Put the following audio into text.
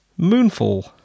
Moonfall